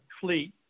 fleet